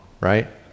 right